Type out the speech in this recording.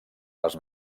les